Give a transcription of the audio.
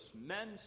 men